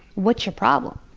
what's your problem?